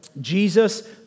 Jesus